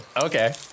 Okay